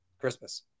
Christmas